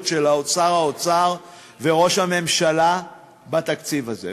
של שר האוצר וראש הממשלה בתקציב הזה.